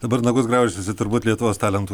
dabar nagus graužiasi turbūt lietuvos talentų